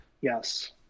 Yes